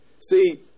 See